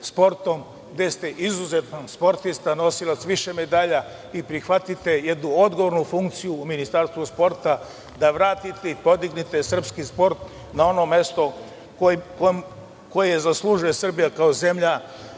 gde ste izuzetan sportista, nosilac više medalja i prihvatite jednu odgovornu funkciju u Ministarstvu sporta, da vratite i podignete srpski sport na ono mesto koje zaslužuje Srbija kao zemlja,